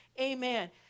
Amen